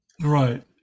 right